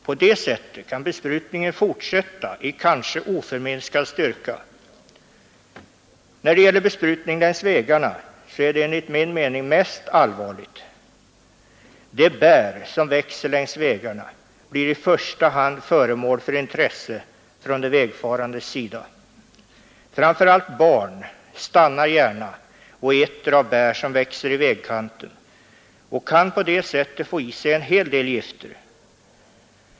På det sättet kan besprutningarna fortsätta i kanske oförminskad styrka. Besprutning längs vägarna är enligt min mening den mest allvarliga. De bär som växer längs vägarna blir i första hand föremål för intresse från de vägfarandes sida. Framför allt barn stannar gärna och äter av bären som växer på vägkanten och kan på det sättet få i sig en hel del gifter.